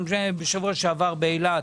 גם בשבוע שעבר באילת,